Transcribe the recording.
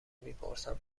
میپرسن